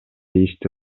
ишти